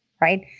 right